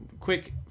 quick